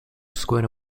squared